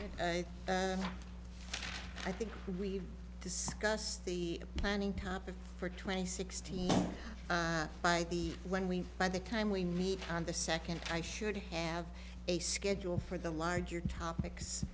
scott i think we've discussed the planning topic for twenty sixteen by the when we by the time we meet on the second i should have a schedule for the larger topics